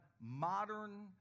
modern